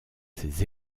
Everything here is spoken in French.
ses